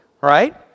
Right